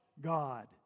God